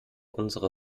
unsere